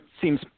seems